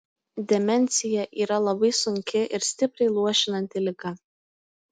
demencija yra labai sunki ir stipriai luošinanti liga